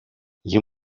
you